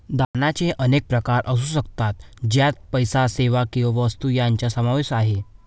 दानाचे अनेक प्रकार असू शकतात, ज्यात पैसा, सेवा किंवा वस्तू यांचा समावेश आहे